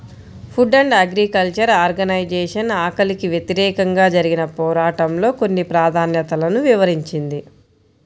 food and agriculture organization ఆకలికి వ్యతిరేకంగా జరిగిన పోరాటంలో కొన్ని ప్రాధాన్యతలను వివరించింది